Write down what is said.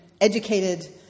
educated